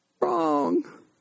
wrong